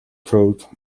through